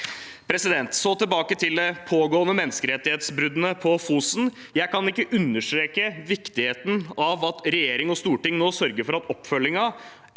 Så tilbake til de pågående menneskerettighetsbruddene på Fosen: Jeg kan ikke understreke viktigheten av at regjering og storting nå sørger for at oppfølgingen